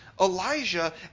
Elijah